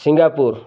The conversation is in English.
Singapore